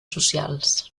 socials